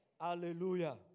Hallelujah